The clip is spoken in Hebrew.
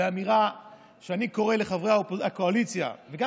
באמירה שבה אני קורא לחברי הקואליציה וגם